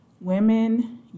women